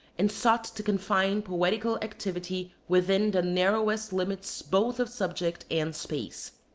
and sought to confine poetical activity within the narrowest limits both of subject and space.